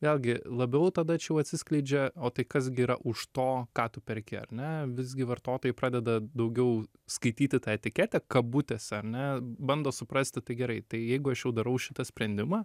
vėlgi labiau tada čia jau atsiskleidžia o tai kas gi yra už to ką tu perki ar ne visgi vartotojai pradeda daugiau skaityti tą etiketę kabutėse ar ne bando suprasti tai gerai tai jeigu aš jau darau šitą sprendimą